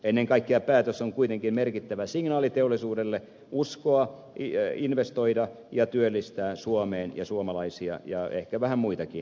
ennen kaikkea päätös on kuitenkin merkittävä signaali teollisuudelle uskoa investoida suomeen ja työllistää suomalaisia ja ehkä vähän muitakin